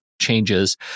changes